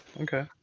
Okay